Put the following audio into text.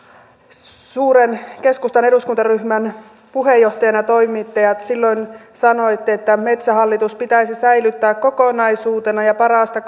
suuren keskustan eduskuntaryhmän puheenjohtajana ja silloin sanoitte että metsähallitus pitäisi säilyttää kokonaisuutena ja parasta